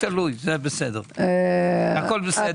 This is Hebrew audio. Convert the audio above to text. הכול בסדר.